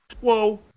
Whoa